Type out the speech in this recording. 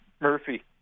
Murphy